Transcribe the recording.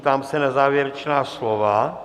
Ptám se na závěrečná slova?